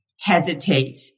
hesitate